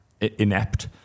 inept